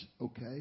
Okay